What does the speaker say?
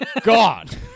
God